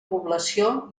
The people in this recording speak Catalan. població